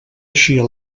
eixia